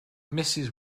mrs